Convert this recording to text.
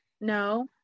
No